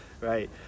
right